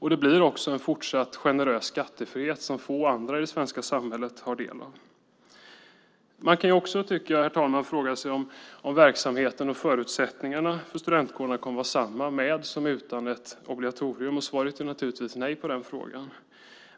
Det blir också en fortsatt generös skattefrihet som få andra i det svenska samhället har del av. Herr talman! Man kan också fråga sig om verksamheten och förutsättningarna för studentkårerna kommer att vara desamma med som utan ett obligatorium. Svaret på den frågan är naturligtvis nej.